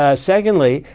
ah secondly,